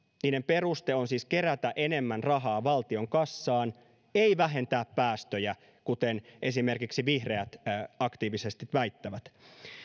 niiden peruste on siis kerätä enemmän rahaa valtion kassaan ei vähentää päästöjä kuten esimerkiksi vihreät aktiivisesti väittävät